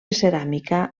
ceràmica